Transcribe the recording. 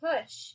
Push